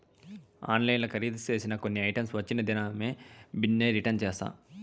ఆన్లైన్ల కరీదు సేసిన కొన్ని ఐటమ్స్ వచ్చిన దినామే బిన్నే రిటర్న్ చేస్తా